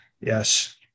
Yes